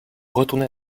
retourner